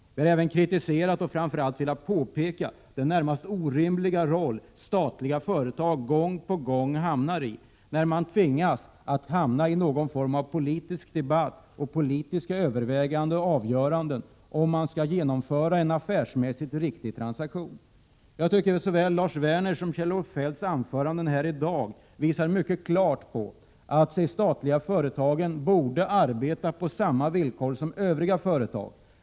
Vi har också kritiserat och framför allt velat påpeka den närmast orimliga roll som statliga företag gång på gång får. De tvingas in i någon form av politisk debatt och politiska överväganden och avgöranden huruvida de genomför en affärsmässigt riktig transaktion. Såväl Lars Werners som Kjell-Olof Feldts anföranden här i dag visar mycket klart att de statliga företagen borde arbeta på samma villkor som övriga företag.